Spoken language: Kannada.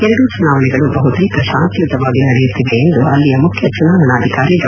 ಎರಡೂ ಚುನಾವಣೆಗಳು ಬಹುತೇಕ ಶಾಂತಿಯುತವಾಗಿ ನಡೆಯುತ್ತಿವೆ ಎಂದು ಅಲ್ಲಿಯ ಮುಖ್ಯ ಚುನಾವಣಾಧಿಕಾರಿ ಡಾ